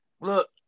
look